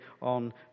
on